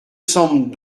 semble